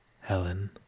Helen